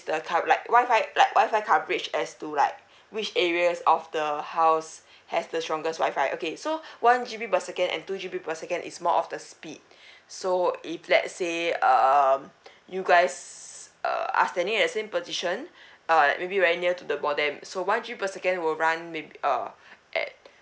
the cov~ like wi-fi coverage as to like which areas of the house has the strongest wi-fi okay so one G_B per second and two G_B per second is more of the speed so if let's say um you guys uh are any as same position uh may be very near to the modem so one G per second will run maybe uh at